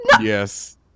yes